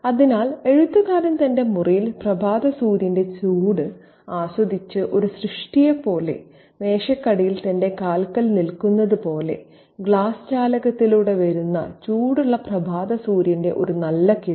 അതിനാൽ എഴുത്തുകാരൻ തന്റെ മുറിയിൽ പ്രഭാത സൂര്യന്റെ ചൂട് ആസ്വദിച്ചു ഒരു സൃഷ്ടിയെപ്പോലെ മേശയ്ക്കടിയിൽ തന്റെ കാൽക്കൽ നിൽക്കുന്നതുപോലെ ഗ്ലാസ് ജാലകത്തിലൂടെ വരുന്ന ചൂടുള്ള പ്രഭാത സൂര്യന്റെ ഒരു നല്ല കിരണം